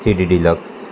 C D deluxe